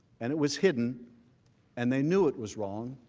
and it was hidden and they knew it was wrong.